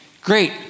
great